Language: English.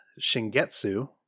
Shingetsu